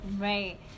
Right